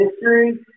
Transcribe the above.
history